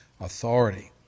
authority